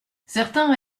certains